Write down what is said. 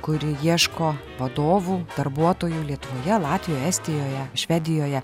kuri ieško vadovų darbuotojų lietuvoje latvijoje estijoje švedijoje